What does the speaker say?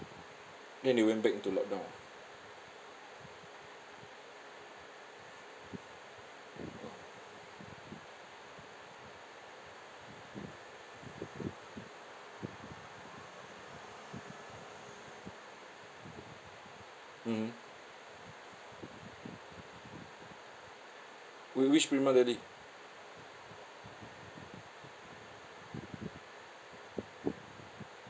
then they went back into lockdown ah mmhmm whi~ which prima deli